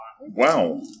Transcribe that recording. Wow